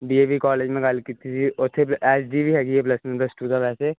D A V college ਮੈਂ ਗੱਲ ਕੀਤੀ ਸੀ ਉੱਥੇ ਐਸ ਡੀ ਵੀ ਹੈਗੀ ਪਲੱਸ ਵੰਨ ਪਲੱਸ ਟੂ ਤਾਂ ਵੈਸੇ